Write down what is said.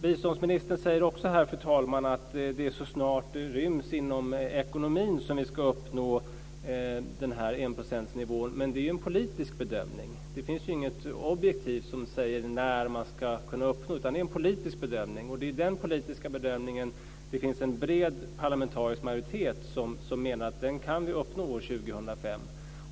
Biståndsministern säger också här, fru talman, att det är så snart det ryms inom ekonomin som vi ska uppnå den här enprocentsnivån. Men det är ju en politisk bedömning. Det finns inget objektivt som säger när man ska kunna uppnå denna nivå. Det är en politisk bedömning. Det är i den politiska bedömningen som det finns en bred parlamentarisk majoritet som menar att vi kan uppnå den år 2005.